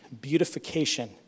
beautification